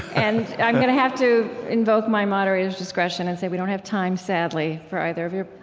and i'm going to have to invoke my moderator's discretion and say we don't have time, sadly, for either of your